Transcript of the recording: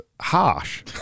harsh